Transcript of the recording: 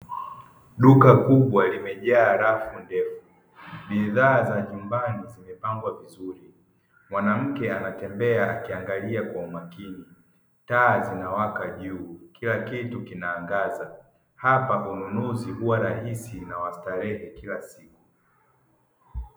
Duka kubwa limejaa rafu ndefu bidhaa za nyumbani zimepangwa vizuri, mwanamke anatembea akiangalia kwa makini taa zinawaka juu, kila kitu kinaangaza hapa ununuzi huwa rahisi na wa starehe kila siku.